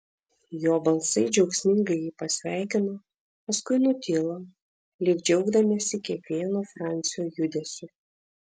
jo balsai džiaugsmingai jį pasveikino paskui nutilo lyg džiaugdamiesi kiekvienu francio judesiu